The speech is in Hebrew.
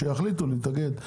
שיחליטו אם להתאגד.